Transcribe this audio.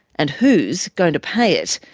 and who's going to pay it?